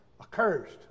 accursed